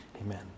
amen